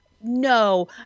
No